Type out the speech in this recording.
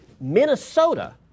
Minnesota